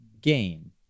game